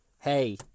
hey